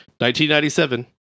1997